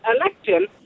election